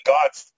God's